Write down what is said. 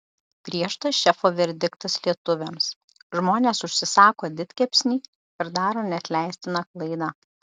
griežtas šefo verdiktas lietuviams žmonės užsisako didkepsnį ir daro neatleistiną klaidą